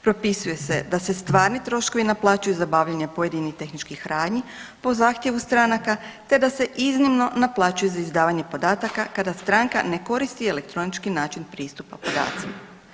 Propisuje se da se stvarni troškovi naplaćuju za obavljanje pojedinih tehničkim radnji po zahtjevu stranaka te da se iznimno naplaćuju za izdavanje podataka kada stranka ne koristi elektronički način pristupa podacima.